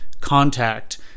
contact